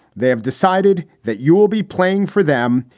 they have decided that you will be playing for them.